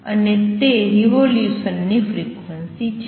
અને તે રિવોલ્યુસન ની ફ્રિક્વન્સી છે